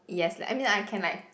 yes like I mean I can like